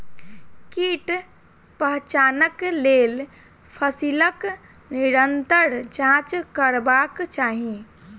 कीट पहचानक लेल फसीलक निरंतर जांच करबाक चाही